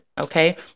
okay